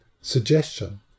suggestion